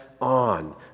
on